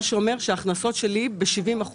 מה שאומר שההכנסות שלי ירדו ב-70%.